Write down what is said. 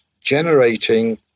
generating